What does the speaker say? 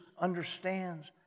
understands